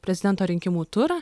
prezidento rinkimų turą